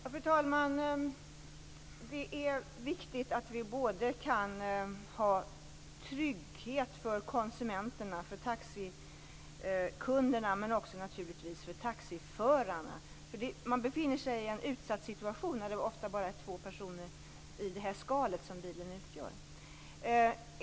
Fru talman! Det är viktigt att vi både kan ha trygghet för konsumenterna, taxikunderna, men också naturligtvis för taxiförarna. De befinner sig nämligen i en utsatt situation med oftast bara två personer i det skal som bilen utgör.